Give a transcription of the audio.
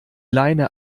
leine